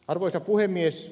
arvoisa puhemies